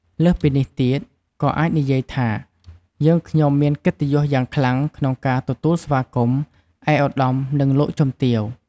លើសពីនេះទៀត ក៏អាចនិយាយថា "យើងខ្ញុំមានកិត្តិយសយ៉ាងខ្លាំងក្នុងការទទួលស្វាគមន៍ ឯកឧត្តម និងលោកជំទាវ"។